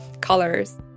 colors